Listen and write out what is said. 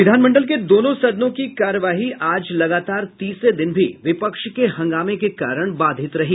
विधान मंडल के दोनों सदनों की कार्यवाही आज लगातार तीसरे दिन भी विपक्ष के हंगामे के कारण बाधित रही